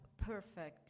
perfect